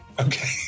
Okay